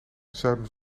zuiden